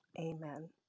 amen